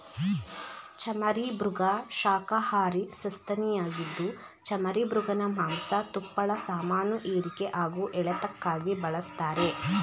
ಚಮರೀಮೃಗ ಶಾಖಹಾರಿ ಸಸ್ತನಿಯಾಗಿದ್ದು ಚಮರೀಮೃಗನ ಮಾಂಸ ತುಪ್ಪಳ ಸಾಮಾನುಹೇರಿಕೆ ಹಾಗೂ ಎಳೆತಕ್ಕಾಗಿ ಬಳಸ್ತಾರೆ